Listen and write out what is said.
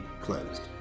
closed